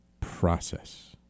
process